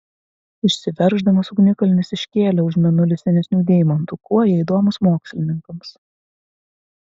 išsiverždamas ugnikalnis iškėlė už mėnulį senesnių deimantų kuo jie įdomūs mokslininkams